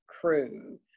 crew